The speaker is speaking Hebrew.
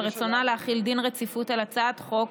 רצונה להחיל דין רציפות על הצעת חוק